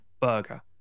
burger